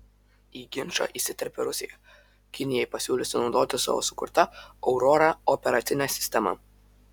į ginčą įsiterpė rusija kinijai pasiūliusi naudotis savo sukurta aurora operacine sistema